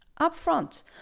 upfront